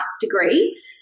degree